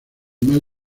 más